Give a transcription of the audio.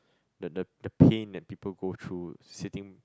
the the the pain that people go through sitting